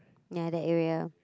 ya that area